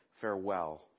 farewell